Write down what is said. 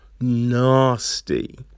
nasty